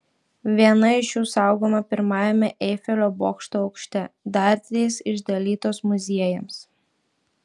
viena iš jų saugoma pirmajame eifelio bokšto aukšte dar trys išdalytos muziejams